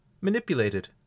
manipulated